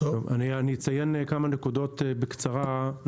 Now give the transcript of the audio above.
אני אציין כמה נקודות בקצרה, נוספות.